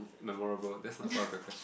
memorable that's not part of the question